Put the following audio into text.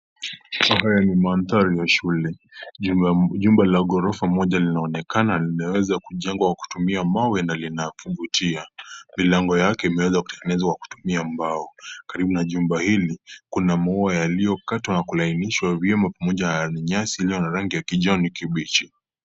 Haya ni mandhari ya shule. Jumba la gorofa moja linaonekana limeweza kujengwa kutumia mawe na linavutia. Milango yake imeweza kutengenezwa kutumia mbao. Karibu na jumba hili kuna maua yaliyokatwa na kulainishwa vyema pamoja na nyasi inayo rangi ya kijani kibichi.